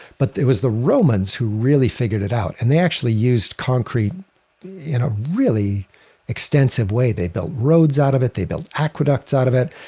but it was the romans who really figured it out. and they actually used concrete in a really extensive way. they built roads out of it. they built aqueducts out of it.